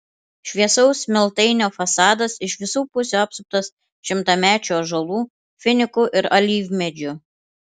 šviesaus smiltainio fasadas iš visų pusių apsuptas šimtamečių ąžuolų finikų ir alyvmedžių